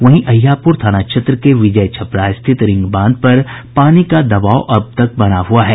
वहीं अहियापुर थाना क्षेत्र के विजय छपरा स्थित रिंग बांध पर पानी का दबाव अब भी बना हुआ है